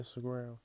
Instagram